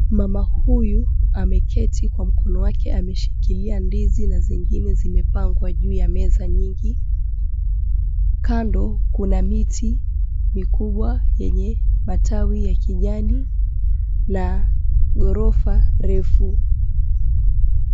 Mama huyu ameketi kwa mkono wake ameshikilia ndizi na zingine zimepangwa juu ya meza nyingi. Kando kuna miti mikubwa yenye matawi ya kijani na ghorofa refu.